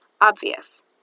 obvious